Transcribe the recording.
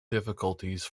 difficulties